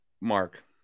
mark